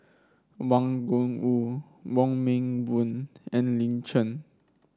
Wang Gungwu Wong Meng Voon and Lin Chen